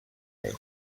day